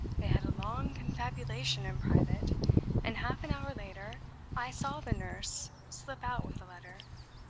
they had a long confabulation in private and half an hour later i saw the nurse slip out with a letter,